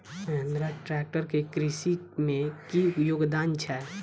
Mahindra tractor केँ कृषि मे की योगदान छै?